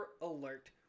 alert